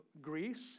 Greece